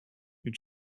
you